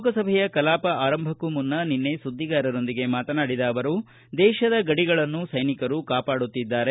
ಲೋಕಸಭೆಯ ಕಲಾಪ ಆರಂಭಕ್ಕೂ ಮುನ್ನ ನಿನ್ನೆ ಸುದ್ದಿಗಾರರೊಂದಿಗೆ ಮಾತನಾಡಿದ ಅವರು ದೇಶದ ಗಡಿಗಳನ್ನು ಸೈನಿಕರು ಕಾಪಾಡುತ್ತಿದ್ದಾರೆ